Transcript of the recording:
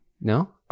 No